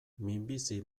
minbizi